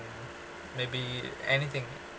may be anything